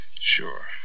Sure